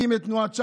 הקים את תנועת ש"ס,